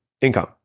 Income